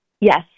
Yes